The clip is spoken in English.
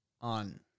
on